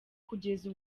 kugeza